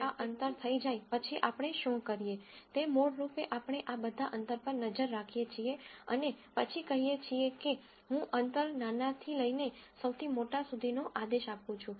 એકવાર આપણી પાસે આ અંતર થઈ જાય પછી આપણે શું કરીએ તે મૂળરૂપે આપણે આ બધાં અંતર પર નજર રાખીએ છીએ અને પછી કહીએ કે હું અંતર નાનાથી લઇને સૌથી મોટા સુધીનો આદેશ આપું છું